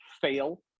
fail